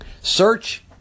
search